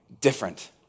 different